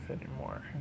anymore